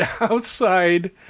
Outside